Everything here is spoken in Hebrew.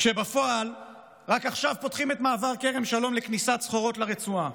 כשבפועל רק עכשיו פותחים את מעבר כרם שלום לכניסת סחורות לרצועה.